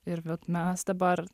ir vat mes dabar